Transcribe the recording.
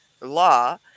law